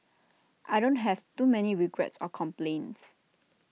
I don't have too many regrets or complaints